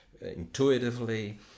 intuitively